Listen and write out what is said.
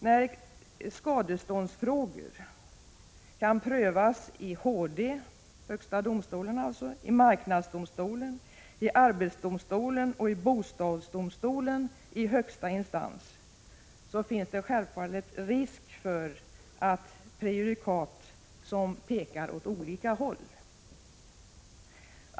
När skadeståndsfrågorna kan prövas i högsta domstolen, i marknadsdomstolen, i arbetsdomstolen och i bostadsdomstolen i högsta instans, finns det självfallet risk för prejudikat som pekar åt olika håll.